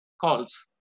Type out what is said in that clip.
calls